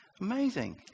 Amazing